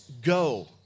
go